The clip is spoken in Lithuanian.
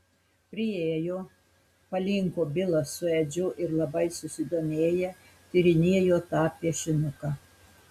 priėjo palinko bilas su edžiu ir labai susidomėję tyrinėjo tą piešinuką